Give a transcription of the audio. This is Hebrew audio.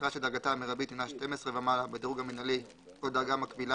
משרה שדרגתה המרבית הינה דרגה 12 ומעלה בדירוג המנהלי או דרגה מקבילה